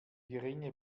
geringe